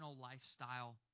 lifestyle